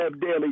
daily